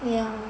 yeah